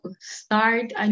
start